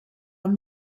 amb